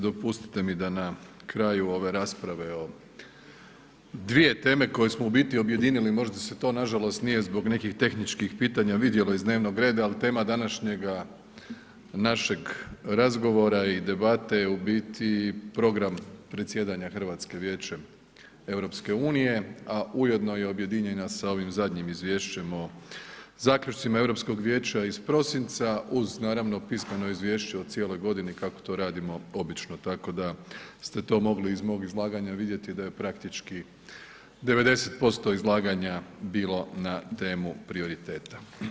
Dopustite mi da na kraju ove rasprave o dvije teme koje smo u biti objedinili, možda se to nažalost nije zbog nekih tehničkih pitanja vidjelo iz dnevnog reda, ali tema današnjega našeg razgovora i debate u biti program predsjedanja Hrvatske Vijećem EU, a ujedno je objedinjena sa ovim zadnjim Izvješćem o zaključcima Europskog vijeća iz prosinca uz naravno … izvješće o cijeloj godini kako to radimo obično, tako da ste to mogli iz mog izlaganja vidjeti da je praktički 90% izlaganja bilo na temu prioriteta.